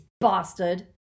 bastard